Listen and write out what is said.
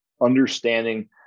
understanding